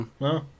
No